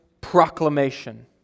proclamation